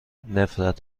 نفرت